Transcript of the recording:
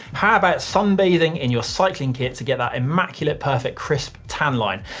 how about sunbathing in your cycling kit to get that immaculate, perfect, crisp tan line?